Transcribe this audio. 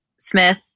Smith